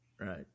Right